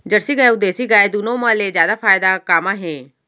Jersey गाय अऊ देसी गाय दूनो मा ले जादा फायदा का मा हे?